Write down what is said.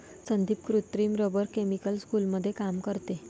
संदीप कृत्रिम rubber chemical स्कूलमध्ये काम करते